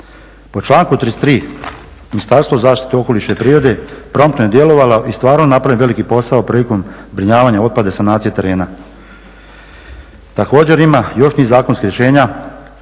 Po članku 33. Ministarstvo zaštite okoliša i prirode promptno je djelovalo i stvarno je napravljen veliki posao prilikom zbrinjavanja otpada i sanacije terena. Također ima još tih zakonskih rješenja